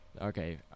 Okay